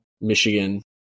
Michigan